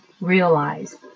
realize